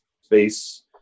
space